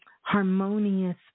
harmonious